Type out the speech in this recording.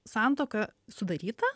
santuoka sudaryta